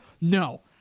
No